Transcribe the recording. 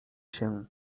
się